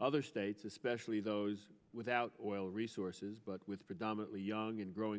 other states especially those without oil resources but with predominately young and growing